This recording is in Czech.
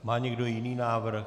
Má někdo jiný návrh?